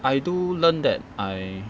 I do learn that I